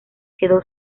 quedó